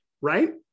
right